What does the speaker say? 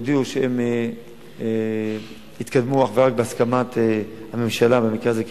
הודיעו שהם יתקדמו אך ורק בהסכמת הממשלה במקרה זה,